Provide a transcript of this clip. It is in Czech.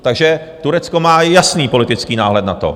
Takže Turecko má jasný politický náhled na to.